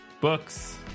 books